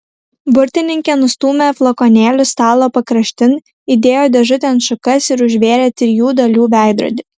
burtininkė nustūmė flakonėlius stalo pakraštin įdėjo dėžutėn šukas ir užvėrė trijų dalių veidrodį